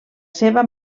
seva